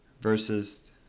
versus